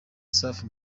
safi